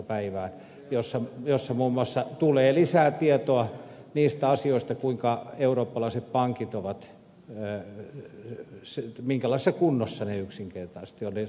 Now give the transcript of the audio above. päivään mennessä jolloin muun muassa tulee lisää tietoa niistä asioista minkälaisessa kunnossa eurooppalaiset pankit ovat ne stressitestit